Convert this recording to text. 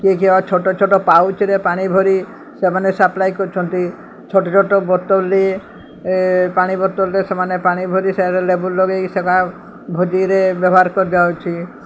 କିଏ କିଏ ଛୋଟ ଛୋଟ ପାଉଚରେ ପାଣି ଭରି ସେମାନେ ସାପ୍ଲାଇ କରୁଛନ୍ତି ଛୋଟ ଛୋଟ ବୋତଲରେ ପାଣି ବୋତଲରେ ସେମାନେ ପାଣି ଭରି ସେ ଲେବୁର୍ ଲଗେଇକି ସେଗା ଭୋଜିରେ ବ୍ୟବହାର କରାଯାଉଛି